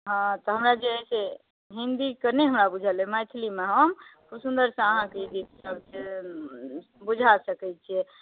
हॅं तऽ वएह जे हिन्दी तऽ नहि हमरा बूझल अछि मैथिलीमे हम बहुत सुन्दर गीत सब अहाँकेॅं बुझा सकै छियै